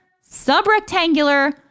sub-rectangular